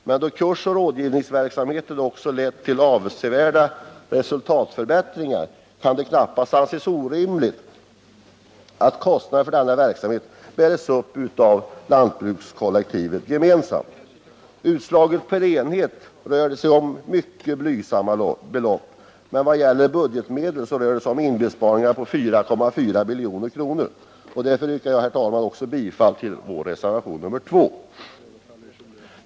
Men då denna verksamhet också lett till avsevärda resultatförbättringar kan det knappast anses orimligt att kostnaderna för denna verksamhet bärs upp av lantbrukskollektivet gemensamt. Utslaget per enhet rör det sig om mycket blygsamma belopp, men vad gäller budgetmedel rör det sig om inbesparingar på 4,4 milj.kr. Därför yrkar jag, herr talman, också bifall till reservationen 2.